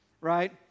Right